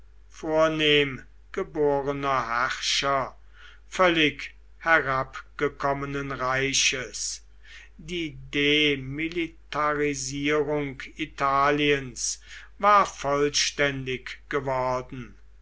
vornehm geborener herrscher völlig herabgekommenen reiches die demilitarisierung italiens war vollständig geworden